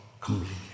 completely